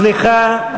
סליחה,